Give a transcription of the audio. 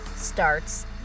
starts